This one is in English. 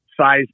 size